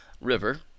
River